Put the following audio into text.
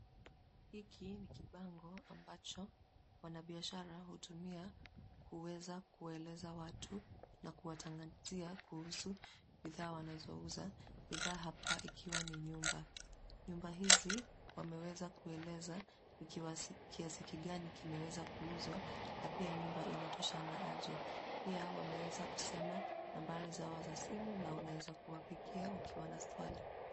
Hiki ni kibango ambacho wanabiashara hutumia kuweza kueleza watu na kuwatangazia kuhusu bidhaa wanazouza, bidhaa hapa ikiwa ni nyumba. Nyumba hizi wameweza kueleza ni kiasi kigani kimeweza kuuzwa na pia nyumba inatoshana aje. Pia wameweza kusema nambari zao simu na unaweza kuwapigia ukiwa na swali.